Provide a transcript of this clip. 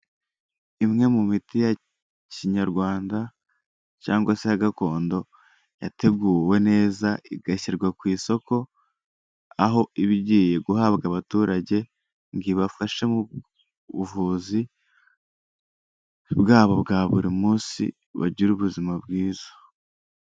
Imwe mu miti ya kinyarwanda cyangwa se gakondo yateguwe neza igashyirwa ku isoko aho iba igiye guhabwa abaturage ngo ibafashe mu buvuzi bwabo bwa buri munsi bagire ubuzima bwiza.